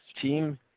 team